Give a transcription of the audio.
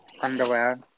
Underwear